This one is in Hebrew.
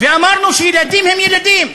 ואמרנו שילדים הם ילדים.